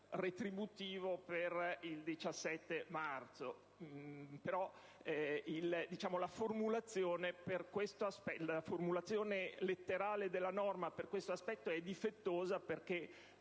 retributivo per il 17 marzo. Tuttavia, la formulazione letterale della norma per questo aspetto è difettosa perché